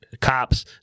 cops